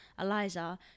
Eliza